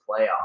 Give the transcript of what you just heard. playoffs